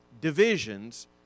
divisions